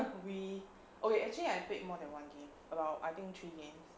we okay actually I played more than one game about I think three games